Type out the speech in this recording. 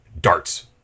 darts